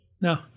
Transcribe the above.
Now